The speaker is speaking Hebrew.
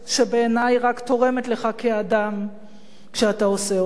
שבעיני היא רק תורמת לך כאדם כשאתה עושה אותה.